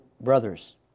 brothers